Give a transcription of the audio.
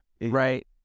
right